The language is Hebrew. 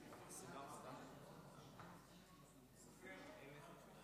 30. גם הסתייגות 23 לחלופין לא התקבלה.